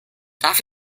darf